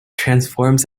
transforms